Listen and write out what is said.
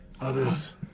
others